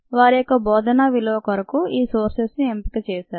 వారి యొక్క బోధనా విలువ కొరకు ఈ సోర్సెస్ ను ఎంపిక చేశారు